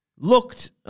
Looked